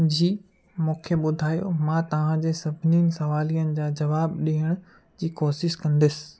जी मूंखे ॿुधायो मां तव्हां जे सभिनी सवालनि जा जवाब ॾियण जी कोशिशि कंदसि